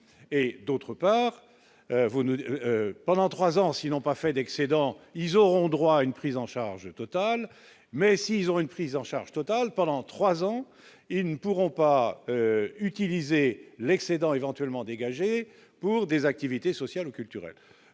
et d'autre part vous ne pendant 3 ans s'ils n'ont pas fait d'excédent, ils auront droit à une prise en charge totale, mais s'ils ont une prise en charge totale pendant 3 ans et ne pourront pas utiliser l'excédent éventuellement dégagés pour des activités sociales ou culturelles,